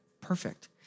perfect